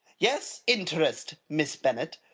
yes interest, miss bennet.